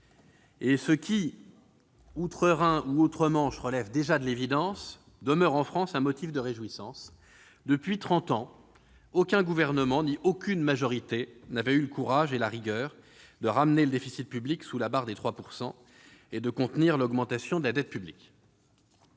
Et ce qui, outre-Rhin ou outre-Manche, relève déjà de l'évidence demeure en France un motif de réjouissance. Depuis trente ans, aucun gouvernement ni aucune majorité n'avait eu le courage et la rigueur de ramener le déficit public sous la barre des 3 % du PIB et de contenir l'augmentation de la dette publique.